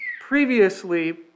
previously